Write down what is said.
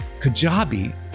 Kajabi